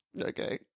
Okay